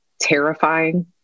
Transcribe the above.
terrifying